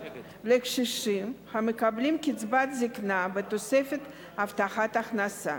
לקשישים המקבלים קצבת זיקנה בתוספת הבטחת הכנסה,